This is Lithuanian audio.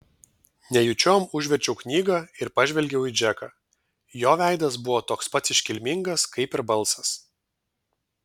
nejučiom užverčiau knygą ir pažvelgiau į džeką jo veidas buvo toks pat iškilmingas kaip ir balsas